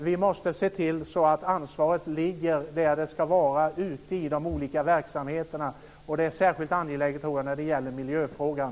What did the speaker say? Vi måste se till att anslaget ligger där det ska vara ute i de olika verksamheterna, och jag tror att det är särskilt angeläget i miljöfrågan.